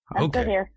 Okay